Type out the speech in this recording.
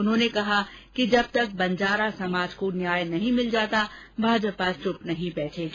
उन्होंने कहा कि जब तक बंजारा समाज को न्याय नहीं मिल जाता भाजपा चप नहीं बैठेगी